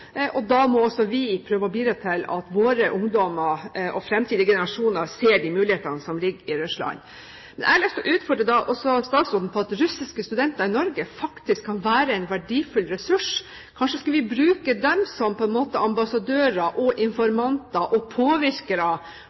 og da må også vi prøve å bidra til at våre ungdommer og fremtidige generasjoner ser de mulighetene som ligger i Russland. Jeg har lyst til å utfordre statsråden også på at russiske studenter i Norge faktisk kan være en verdifull ressurs. Kanskje skulle vi bruke dem på en måte som ambassadører og informanter og påvirkere